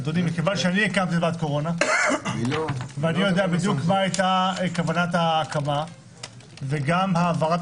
אני הקמתי את ועדת קורונה ויודע מה היתה כוונת ההקמה וגם העברת